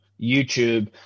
YouTube